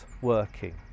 working